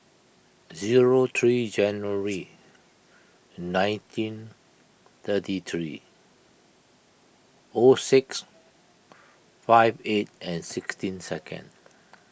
zero three January nineteen thirty three O six five eight and sixteen second